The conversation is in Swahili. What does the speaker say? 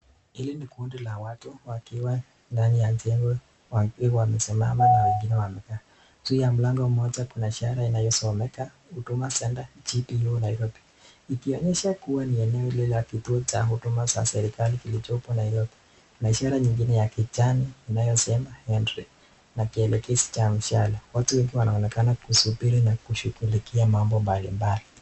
Hili ni kundi la watu, wakiwa ndani ya jengo wakiwa wamesimama na wengine wamekaa. Juu ya mlango moja kuna ishara inayosomeka Huduma Centre GPO Nairobi. Ikionyesha kuwa ni eneo hili la kituo cha huduma za serikali kilichopo Nairobi na ishara nyingine ya kijani inayosema entry na kielekezi cha mshale. Watu wengi wanaonekana kusubiri na kushughulikia mambo mbalimbali.